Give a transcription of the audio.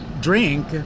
drink